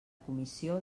comissió